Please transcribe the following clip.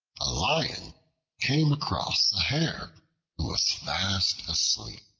a lion came across a hare, who was fast asleep.